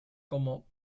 como